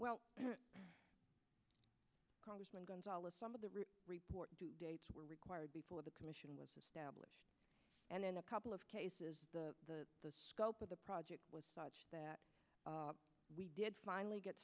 well congressman gonzales some of the report due dates were required before the commission was established and in a couple of cases the the the scope of the project was such that we did finally get